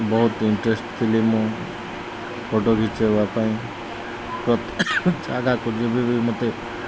ବହୁତ ଇନ୍ଟରେଷ୍ଟ ଥିଲି ମୁଁ ଫଟୋ ଖିଚେଇବା ପାଇଁ ଜାଗାକୁ ଯିବି ବି ମୋତେ